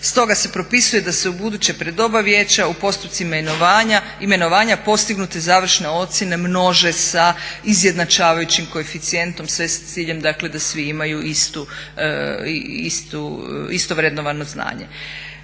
Stoga se propisuje da se ubuduće pred oba vijeća u postupcima imenovanja postignute završne ocjene množe sa izjednačavajućim koeficijentom sve s ciljem dakle da svi imaju isto vrednovano znanje.